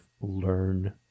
learn